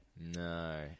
No